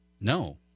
No